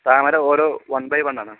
താമര ഓരോ one by one ആണ്